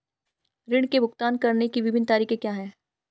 ऋृण के भुगतान करने के विभिन्न तरीके क्या हैं?